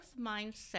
mindset